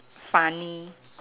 funny